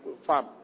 farm